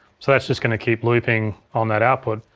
so that's just gonna keep looping on that output.